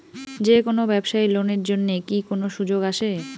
যে কোনো ব্যবসায়ী লোন এর জন্যে কি কোনো সুযোগ আসে?